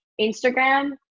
Instagram